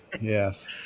Yes